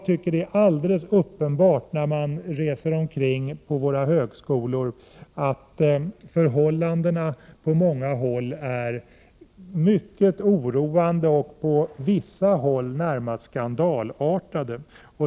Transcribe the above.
Efter att ha besökt våra högskolor har jag funnit att förhållandena på många håll är mycket oroande, på vissa håll närmast skandalartade.